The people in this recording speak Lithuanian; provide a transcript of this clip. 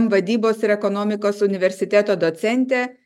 vadybos ir ekonomikos universiteto docentė